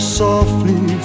softly